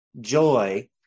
joy